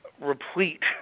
replete